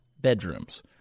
bedrooms